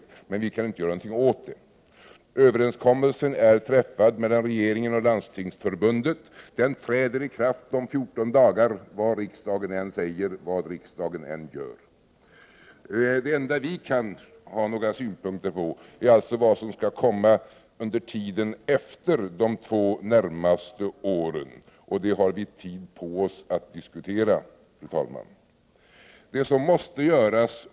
Men riksdagen kan inte göra något åt det. Överenskommelsen är träffad mellan regeringen och Landstingsförbundet. Den träder i kraft om 14 dagar vad riksdagen än säger och vad riksdagen än gör. Det enda vi kan ha några synpunkter på är alltså vad som skall komma i stället efter de två närmaste åren. Det har vi tid på oss att diskutera. Fru talman!